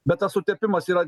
bet tas sutepimas yra